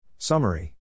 Summary